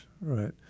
Right